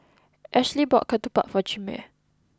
Ashlee bought Ketupat for Chimere